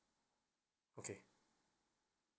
okay